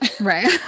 right